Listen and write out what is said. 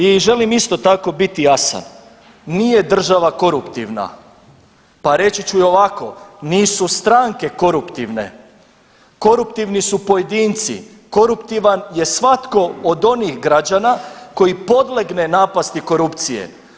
I želim isto tako biti jasan, nije država koruptivna, pa reći ću i ovako, nisu stranke koruptivne, koruptivni su pojedinci, koruptivan je svatko od onih građana koji podlegne napasti korupcije.